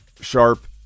Sharp